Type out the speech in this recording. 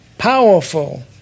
Powerful